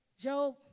Job